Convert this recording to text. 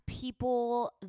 People